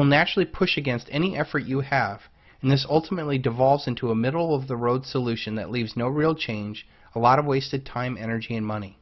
will naturally push against any effort you have and this ultimately devolves into a middle of the road solution that leaves no real change a lot of wasted time energy and money